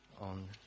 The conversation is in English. on